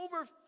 over